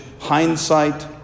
hindsight